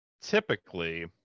typically